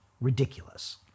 ridiculous